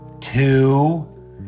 two